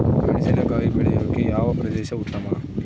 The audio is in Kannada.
ಮೆಣಸಿನಕಾಯಿ ಬೆಳೆಯೊಕೆ ಯಾವ ಪ್ರದೇಶ ಉತ್ತಮ?